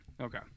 okay